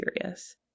serious